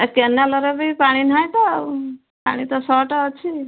ଏ canal ରେ ବି ପାଣି ନାହିଁ ତ ଆଉ ପାଣି ତ ସର୍ଟ ଅଛି